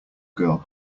girl